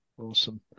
Awesome